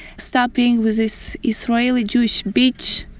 stop being with this israeli jewish bitch,